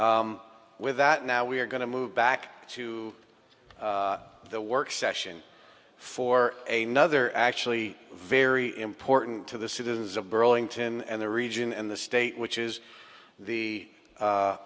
sure with that now we are going to move back to the work session for a nother actually very important to the citizens of burlington and the region and the state which is the